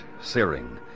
searing